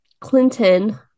clinton